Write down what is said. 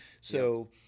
so-